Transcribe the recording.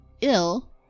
ill